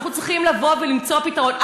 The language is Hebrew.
אנחנו צריכים לבוא ולמצוא פתרון,